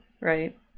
right